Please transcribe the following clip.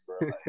bro